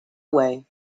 away